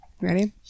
Ready